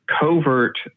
covert